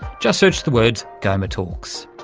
just search the words goma talks.